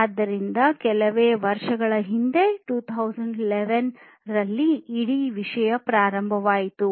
ಆದ್ದರಿಂದ ಕೆಲವೇ ವರ್ಷಗಳು ಹಿಂದೆ 2011 ರಲ್ಲಿ ಇಡೀ ವಿಷಯ ಪ್ರಾರಂಭವಾಯಿತು